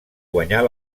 guanyar